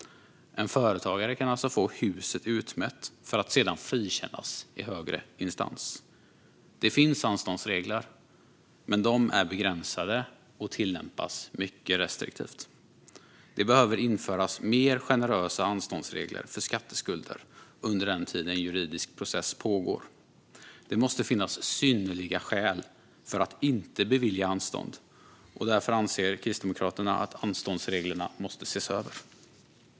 En företagare kan alltså få huset utmätt för att sedan frikännas i högre instans. Det finns anståndsregler, men de är begränsade och tillämpas mycket restriktivt. Det behöver införas mer generösa anståndsregler för skatteskulder under den tid en juridisk process pågår. Det måste finnas synnerliga skäl att inte bevilja anstånd, och därför anser Kristdemokraterna att anståndsreglerna måste ses över.